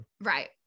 right